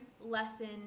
lesson